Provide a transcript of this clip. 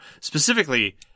Specifically